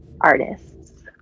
artists